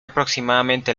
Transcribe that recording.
aproximadamente